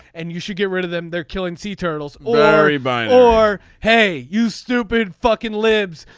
and you should get rid of them. they're killing sea turtles or buying or hey you stupid fucking libs.